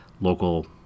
local